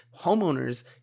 homeowners